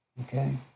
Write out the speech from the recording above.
okay